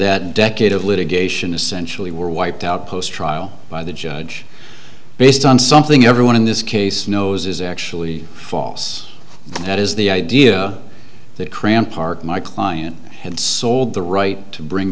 that decade of litigation essentially were wiped out post trial by the judge based on something everyone in this case knows is actually false and that is the idea that cram park my client had sold the right to bring